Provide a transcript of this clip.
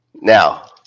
Now